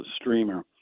streamer